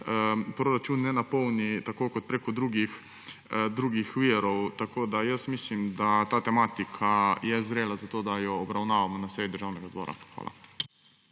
proračun ne napolni tako kot prek drugih virov. Mislim, da je ta tematika zrela za to, da jo obravnavamo na seji Državnega zbora. Hvala.